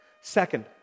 Second